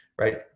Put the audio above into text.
right